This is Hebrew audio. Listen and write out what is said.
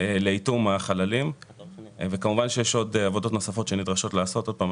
לאיטום החללים וכמובן שיש עוד עבודות נוספות שנדרש לעשות אותן - אני